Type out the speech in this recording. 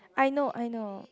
I know I know